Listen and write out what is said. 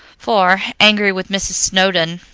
for, angry with mrs. snowdon,